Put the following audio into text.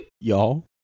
Y'all